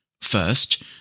First